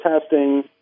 testing